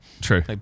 True